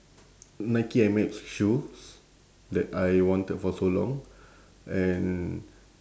nike air max shoes that I wanted for so long and